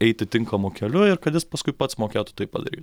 eiti tinkamu keliu ir kad jis paskui pats mokėtų tai padaryt